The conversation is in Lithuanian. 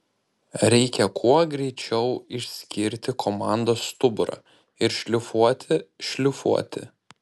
reikia kuo greičiau išskirti komandos stuburą ir šlifuoti šlifuoti